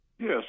Yes